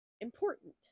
important